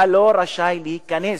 אתה לא רשאי להיכנס.